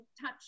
touch